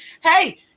Hey